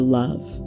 love